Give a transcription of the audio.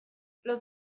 los